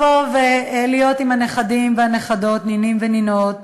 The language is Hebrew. להיות עם הנכדים והנכדות, עם הנינים והנינות,